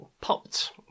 popped